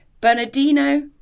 Bernardino